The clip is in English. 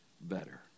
better